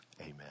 Amen